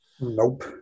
nope